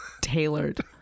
tailored